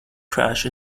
crash